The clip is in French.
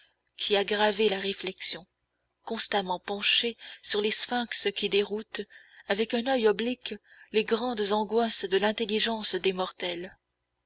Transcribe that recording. qu'y a gravées la réflexion constamment penchée sur les sphynx qui déroutent avec un oeil oblique les grandes angoisses de l'intelligence des mortels